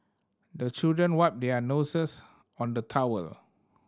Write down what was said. the children wipe their noses on the towel